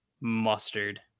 mustard